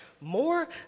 more